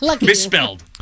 Misspelled